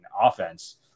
offense